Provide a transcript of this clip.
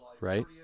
Right